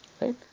right